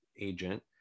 agent